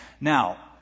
Now